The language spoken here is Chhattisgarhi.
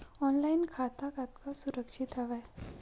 ऑनलाइन खाता कतका सुरक्षित हवय?